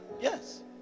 Yes